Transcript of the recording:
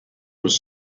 was